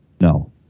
No